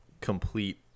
complete